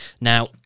Now